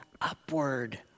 upward